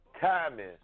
timing